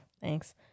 Thanks